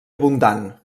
abundant